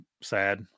sad